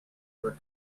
were